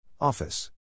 Office